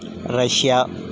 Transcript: Russia